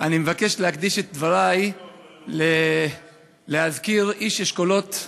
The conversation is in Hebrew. אני מבקש להקדיש את דברי להזכיר איש אשכולות,